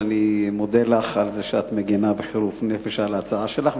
אני מודה לך על זה שאת מגינה בחירוף נפש על ההצעה שלך,